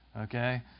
okay